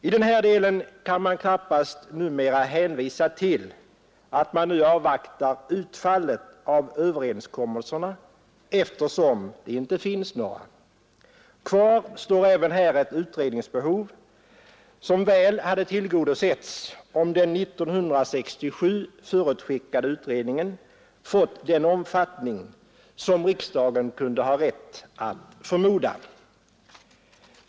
I den här delen kan man knappast numera hänvisa till att man avvaktar utfallet av överenskommelserna, eftersom det inte finns några. Kvar står även här ett utredningsbehov som väl hade tillgodosetts om den 1967 förutskickade utredningen fått den omfattning som riksdagen kunde ha rätt att förmoda.